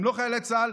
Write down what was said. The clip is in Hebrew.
אם לא חיילי צה"ל,